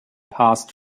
passed